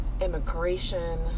immigration